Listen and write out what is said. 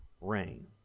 rain